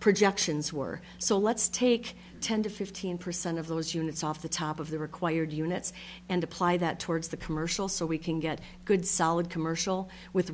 projections were so let's take ten to fifteen percent of those units off the top of the required units and apply that towards the commercial so we can get a good solid commercial with